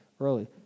early